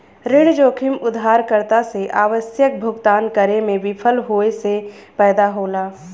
ऋण जोखिम उधारकर्ता से आवश्यक भुगतान करे में विफल होये से पैदा होला